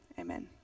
Amen